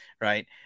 Right